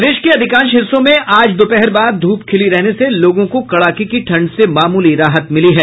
प्रदेश के अधिकांश हिस्सों में आज दोपहर बाद ध्रप खिली रहने से लोगों को कड़ाके की ठंड से मामूली राहत मिली है